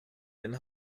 den